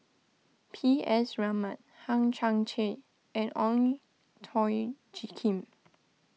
P S Raman Hang Chang Chieh and Ong Tjoe Kim